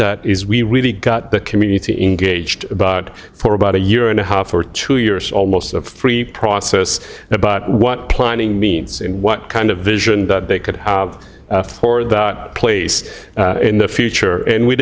that is we really got the community engaged but for about a year and a half or two years almost a free process about what planning means and what kind of vision that they could have for that place in the future and we